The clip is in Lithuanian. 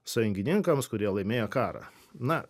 sąjungininkams kurie laimėjo karą na